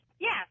Yes